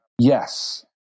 Yes